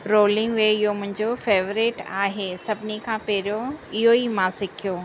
rolling वे इहो favourite आहे सभिनी खां पहिरियों इहो मां सिखियो